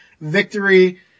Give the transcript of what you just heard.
victory